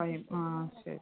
കഴിയും ആ ശരി